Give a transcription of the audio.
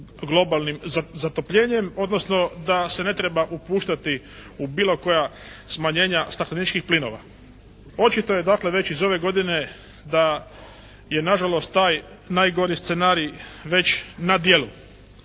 globalnim zatopljenjem odnosno da se ne treba upuštati u bilo koja smanjenja stakleničkih plinova. Očito je dakle već iz ove godine da je nažalost taj najgori scenarij već na djelu.